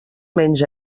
menys